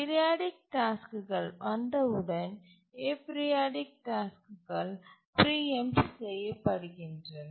periodic டாஸ்க்குகள் வந்தவுடன் aperiodic டாஸ்க்குகள் பிரீஎம்ட் செய்யப்படுகின்றன